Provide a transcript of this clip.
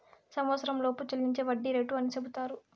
సంవచ్చరంలోపు చెల్లించే వడ్డీ రేటు అని సెపుతారు